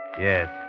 Yes